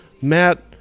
Matt